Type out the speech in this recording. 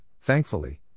thankfully